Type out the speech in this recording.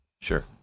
Sure